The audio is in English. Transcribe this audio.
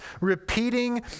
repeating